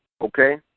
Okay